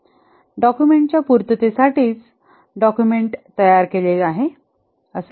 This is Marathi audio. डॉक्युमेंटच्या पूर्ततेसाठीच डॉक्युमेंट तयार केले आहे असे नाही